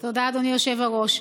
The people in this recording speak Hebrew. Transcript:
תודה, אדוני היושב-ראש.